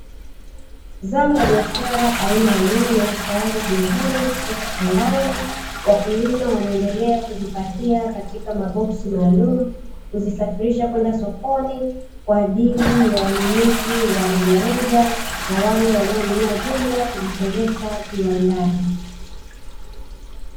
Zao la biashara aina ya nyanya, tayari zimevunwa kutoka shambani, wakulima wanaendelea kuzipakia katika maboksi maalumu, kuzisafirisha kwenda sokoni kwa ajili ya wanunuzi wa rejareja, na wale wanaonunua jumla kuzipeleka viwandani.